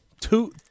two